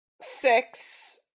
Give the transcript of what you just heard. six